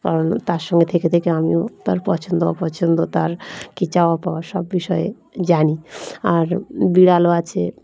কারণ তার সঙ্গে থেকে থেকে আমিও তার পছন্দ অপছন্দ তার কি চাওয়া পাওয়া সব বিষয়ে জানি আর বিড়ালও আছে